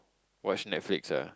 watch Netflix ah